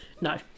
No